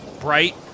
bright